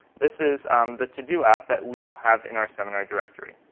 this is the to do app that we have in our seminar directory.